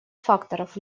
факторов